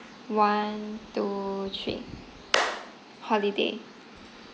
one two three holiday